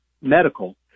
Medical